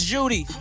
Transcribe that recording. Judy